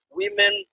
women